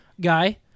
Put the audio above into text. guy